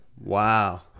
wow